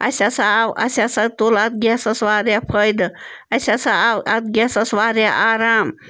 اَسہِ ہسا آو اَسہِ ہسا تُل اَتھ گیسَس واریاہ فٲیدٕ اَسہِ ہسا آو اَتھ گیسَس واریاہ آرام